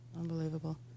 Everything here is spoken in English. Unbelievable